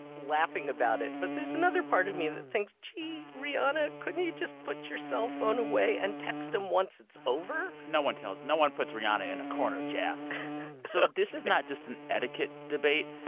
laughing about it, but there's another part of me that thinks, gee, rihanna, couldn't you just put your cellphone away and text him once it's over? no one tells no one puts rihanna in a corner, jeff ok so this is not just an etiquette debate.